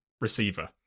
receiver